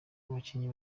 abakinnyi